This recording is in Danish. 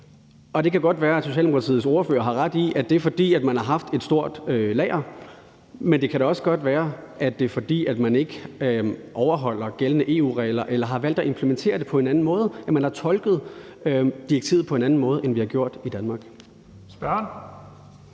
Det kan godt være, at Socialdemokratiets ordfører har ret i, at det er, fordi man har haft et stort lager, men det kan da også godt være, at det er, fordi man ikke overholder gældende EU-regler eller har valgt at implementere dem på en anden måde, altså at man har tolket direktivet på en anden måde, end vi har gjort i Danmark. Kl.